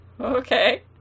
Okay